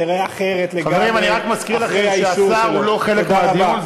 תיראה אחרת לגמרי אחרי האישור שלו.